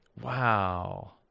Wow